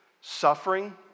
Suffering